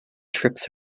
trips